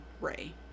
ray